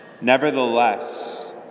Nevertheless